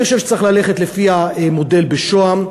אני חושב שצריך ללכת לפי המודל בשוהם.